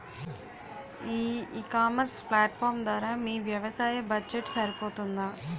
ఈ e commerce platform ధర మీ వ్యవసాయ బడ్జెట్ సరిపోతుందా?